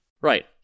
Right